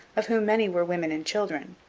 of whom many were women and children.